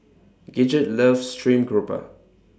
Gidget loves Stream Grouper